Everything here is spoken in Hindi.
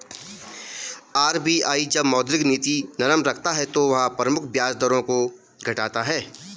आर.बी.आई जब मौद्रिक नीति नरम रखता है तो वह प्रमुख ब्याज दरों को घटाता है